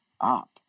up